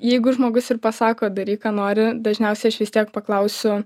jeigu žmogus ir pasako daryk ką nori dažniausiai aš vis tiek paklausiu